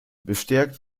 bestärkt